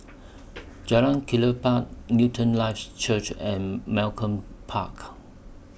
Jalan Kelichap Newton Life Church and Malcolm Park